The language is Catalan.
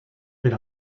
per